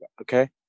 okay